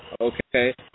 Okay